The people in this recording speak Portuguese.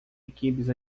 equipes